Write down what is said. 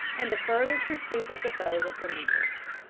and the further pursuit of the foe was relinquished.